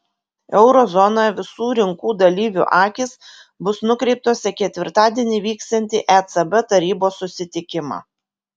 euro zonoje visų rinkų dalyvių akys bus nukreiptos į ketvirtadienį vyksiantį ecb tarybos susitikimą